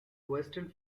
western